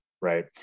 right